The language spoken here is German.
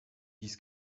dies